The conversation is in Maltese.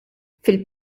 fil